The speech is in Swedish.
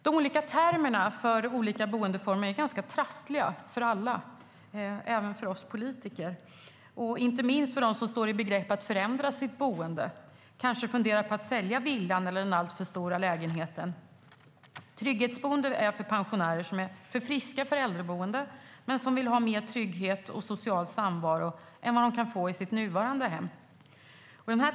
De olika termerna för olika boendeformer är ganska trassliga för alla, även för oss politiker och inte minst för dem som står i begrepp att förändra sitt boende och kanske funderar på att sälja villan eller den alltför stora lägenheten. Trygghetsboende är till för pensionärer som är för friska för äldreboende men som vill ha mer trygghet och social samvaro än vad de kan få i sitt nuvarande hem.